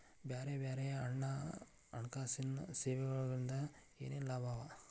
ಬ್ಯಾರೆ ಬ್ಯಾರೆ ಹಣ್ಕಾಸಿನ್ ಸೆವೆಗೊಳಿಂದಾ ಏನೇನ್ ಲಾಭವ?